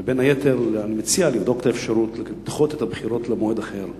ובין היתר אני מציע לבדוק את האפשרות לדחות את הבחירות למועד אחר,